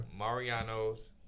Marianos